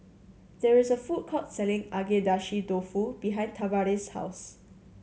there is a food court selling Agedashi Dofu behind Tavares' house